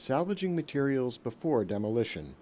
salvaging materials before demolition